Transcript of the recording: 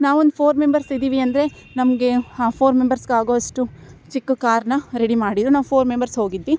ನಾವು ಒಂದು four members ಇದ್ದೀವಿ ಅಂದರೆ ನಮಗೆ ಫೋರ್ ಮೆಂಬರ್ಸ್ಗೆ ಆಗುವಷ್ಟು ಚಿಕ್ಕ ಕಾರನ್ನ ರೆಡಿ ಮಾಡಿದ್ರು ನಾವು ಫೋರ್ ಮೆಂಬರ್ಸ್ ಹೋಗಿದ್ವಿ